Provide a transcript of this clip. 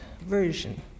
version